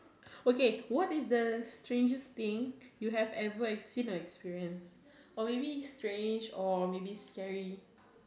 okay what is the strangest thing you have ever seen or experience or maybe strange or maybe scary